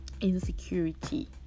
insecurity